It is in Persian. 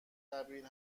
قبیل